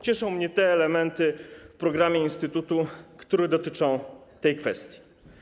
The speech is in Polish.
Cieszą mnie te elementy w programie instytutu, które dotyczą tej kwestii.